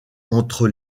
entre